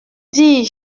dis